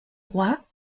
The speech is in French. roi